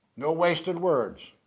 no wasted words.